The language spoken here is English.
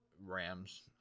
Rams